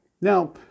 Now